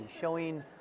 showing